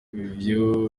ivyo